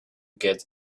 get